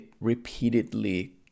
repeatedly